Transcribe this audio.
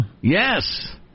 Yes